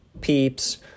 Peeps